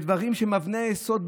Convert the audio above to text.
דברים שהם מאבני היסוד.